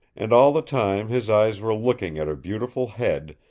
and all the time his eyes were looking at her beautiful head,